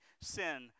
sin